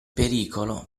pericolo